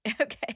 Okay